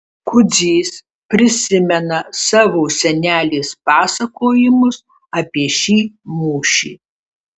kudzys prisimena savo senelės pasakojimus apie šį mūšį